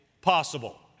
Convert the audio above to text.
possible